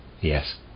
Yes